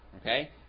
Okay